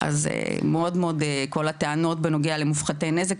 אז מאוד כל הטענות בנוגע למופחתי נזק.